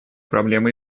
проблемы